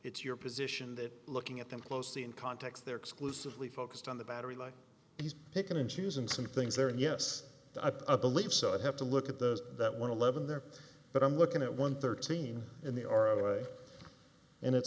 it's your position that looking at them closely in context they're exclusively focused on the battery like he's picking and choosing some things there and yes i believe so i have to look at those that want to live in there but i'm looking at one thirteen in the already way and it